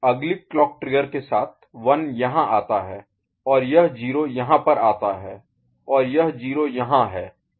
अगली clock trigger के साथ 1 यहाँ आता है और यह 0 यहाँ पर आता है और यह 0 यहाँ है